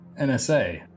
NSA